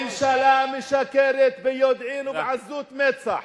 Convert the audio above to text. הממשלה משקרת ביודעין ובעזות מצח,